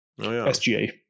sga